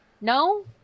No